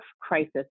crisis